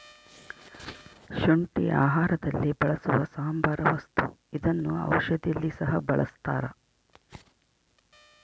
ಶುಂಠಿ ಆಹಾರದಲ್ಲಿ ಬಳಸುವ ಸಾಂಬಾರ ವಸ್ತು ಇದನ್ನ ಔಷಧಿಯಲ್ಲಿ ಸಹ ಬಳಸ್ತಾರ